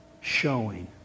showing